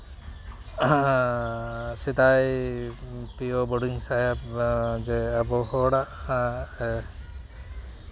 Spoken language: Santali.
ᱥᱮᱫᱟᱭ ᱯᱤ ᱳ ᱵᱳᱰᱤᱝ ᱥᱟᱦᱮᱵᱽ ᱡᱮ ᱟᱵᱚ ᱦᱚᱲᱟᱜ